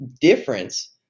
difference